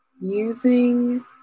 Using